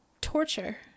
torture